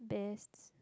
best